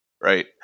right